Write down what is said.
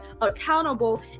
accountable